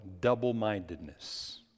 double-mindedness